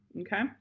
okay